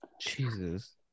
jesus